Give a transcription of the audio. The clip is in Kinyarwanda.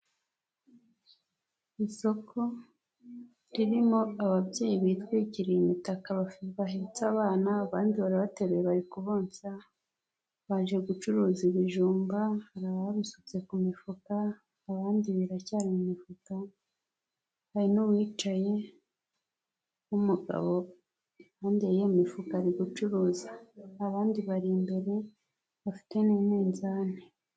Isoko ririmo ababyeyi bitwikiriye imitaka bahetse abana, abandi barabateruye bari kubonsa, baje gucuruza ibijumba, babisutse ku mifuka, abandi biracyari mu mifuta, hari n'uwicaye w'umugabo ari gucuruza, abandi bari imbere bafite n'iminzani.